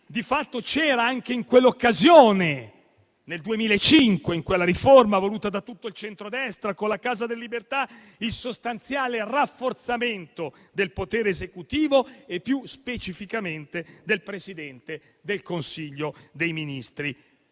di giustizia. Anche in quell'occasione quindi, nel 2005, in quella riforma voluta da tutto il centrodestra, con la Casa delle Libertà, era di fatto previsto il sostanziale rafforzamento del potere esecutivo e, più specificamente, del Presidente del Consiglio dei ministri,